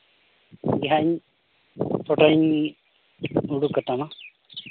ᱤᱧ ᱜᱮ ᱦᱟᱸᱜ ᱤᱧ ᱯᱷᱳᱴᱳᱧ ᱩᱰᱩᱠ ᱠᱟᱛᱟᱢᱟ